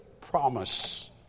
promise